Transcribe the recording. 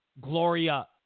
Gloria